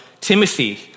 Timothy